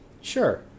sure